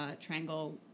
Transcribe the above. Triangle